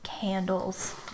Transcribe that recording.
Candles